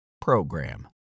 PROGRAM